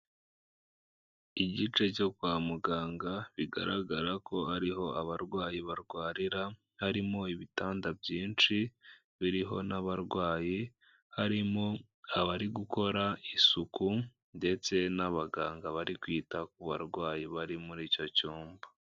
Igice cyo kwa muganga bigaragara ko ariho abarwayi barwarira, harimo ibitanda byinshi biriho n'abarwayi, harimo abari gukora isuku ndetse n'abaganga bari kwita ku barwayi bari muri icyo cyumba.